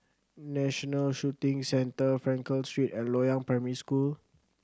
National Shooting Centre Frankel Street and Loyang Primary School